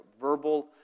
verbal